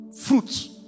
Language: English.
Fruits